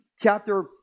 chapter